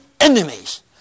enemies